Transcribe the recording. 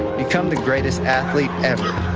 become the greatest athlete ever.